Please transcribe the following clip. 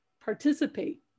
participate